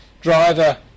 driver